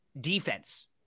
defense